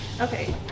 Okay